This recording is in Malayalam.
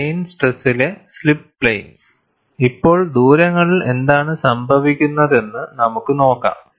പ്ലെയിൻ സ്ട്രെസിലെ സ്ലിപ്പ് പ്ലെയിൻസ് ഇപ്പോൾ ദൂരങ്ങളിൽ എന്താണ് സംഭവിക്കുന്നതെന്ന് നമുക്ക് നോക്കാം